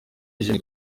eugene